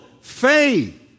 faith